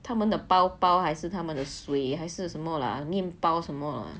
他们的包包还是他们的水还是什么了面包什么